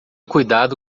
cuidado